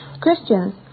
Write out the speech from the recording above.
Christians